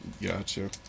gotcha